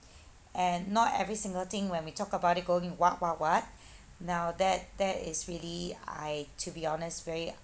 and not every single thing when we talk about it going what what what now that that is really I to be honest very